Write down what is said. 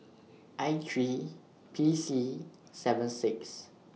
I three P C seven six